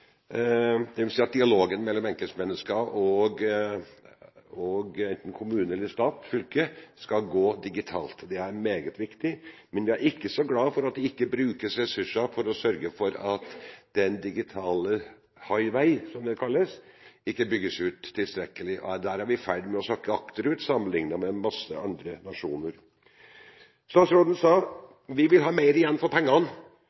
dvs. at dialogen mellom enkeltmennesker og enten kommune, stat eller fylke skal gå digitalt. Det er meget viktig. Men vi er ikke så glad for at det ikke brukes ressurser for å sørge for at den digitale «highway», som det kalles, bygges ut tilstrekkelig. Der er vi i ferd med å sakke akterut sammenlignet med en masse andre nasjoner. Statsråden sa: Vi vil ha mer igjen for pengene,